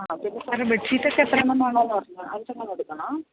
ആ പിന്നെ സാറെ ബഡ്ഷീറ്റൊക്കെ എത്ര എണ്ണം വേണമെന്നാണ് പറഞ്ഞത് അഞ്ച് എണ്ണം എടുക്കണോ